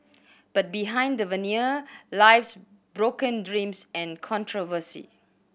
but behind the veneer lies broken dreams and controversy